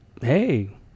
Hey